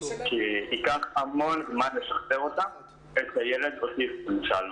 כי ייקח המון זמן לשחזר אותה אצל ילד אוטיסט למשל.